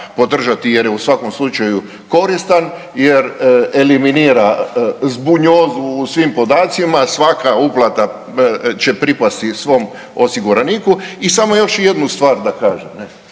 jer je u svakom slučaju koristan jer eliminira zbunjolu u svim podacima, svaka uplata će pripasti svom osiguraniku. I samo još jednu stvar da kažem